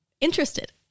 interested